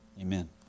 Amen